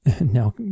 now